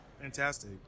Fantastic